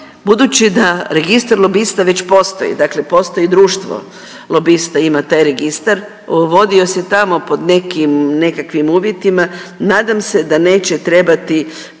budući da registar lobista već postoji dakle postoji društvo lobista ima taj registar, vodio se tamo pod nekim, nekakvim uvjetima. Nadam se da neće trebati